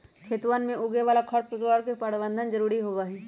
खेतवन में उगे वाला खरपतवार के प्रबंधन जरूरी होबा हई